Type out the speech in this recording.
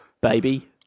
Baby